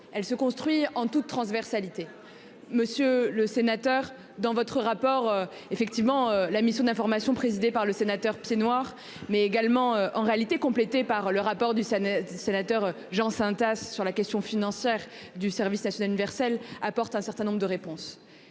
elle se construit en toute transversalité. Monsieur le sénateur dans votre rapport effectivement la mission d'informations, présidée par le sénateur. Mais également, en réalité, complété par le rapport du Saguenay sénateur Jean Saint-tasses sur la question financière du service national universel apporte un certain nombre de réponses.